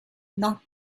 not